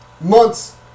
months